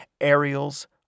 aerials